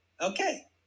Okay